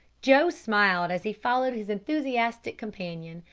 joe smiled as he followed his enthusiastic companion,